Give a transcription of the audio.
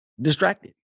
distracted